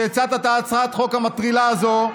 שהצעת את הצעת החוק המטרילה הזו,